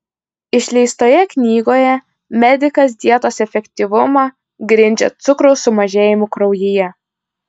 išleistoje knygoje medikas dietos efektyvumą grindžia cukraus sumažėjimu kraujyje